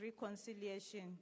Reconciliation